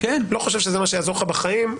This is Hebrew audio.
לא חושב שזה מה שיעזור לך בחיים,